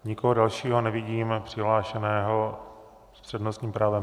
Nikoho dalšího nevidím přihlášeného s přednostním právem.